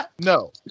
No